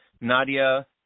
Nadia